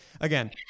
again